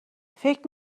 فکر